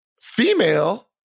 female